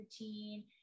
routine